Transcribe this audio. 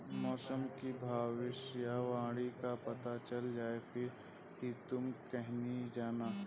मौसम की भविष्यवाणी का पता चल जाए फिर ही तुम कहीं जाना